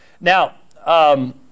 Now